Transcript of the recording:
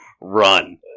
run